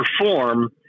perform